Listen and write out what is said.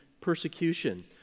persecution